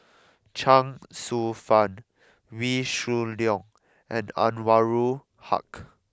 Chuang Hsueh Fang Wee Shoo Leong and Anwarul Haque